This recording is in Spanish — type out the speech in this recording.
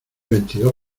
veintidós